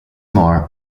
more